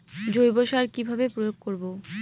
জৈব সার কি ভাবে প্রয়োগ করব?